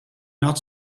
not